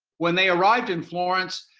when they arrived in florence,